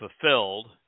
fulfilled